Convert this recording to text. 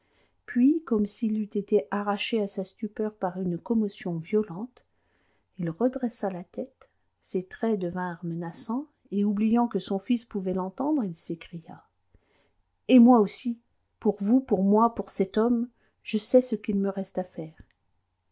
puis comme s'il eût été arraché à sa stupeur par une commotion violente il redressa la tête ses traits devinrent menaçants et oubliant que son fils pouvait l'entendre il s'écria et moi aussi pour vous pour moi pour cet homme je sais ce qu'il me reste à faire